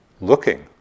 looking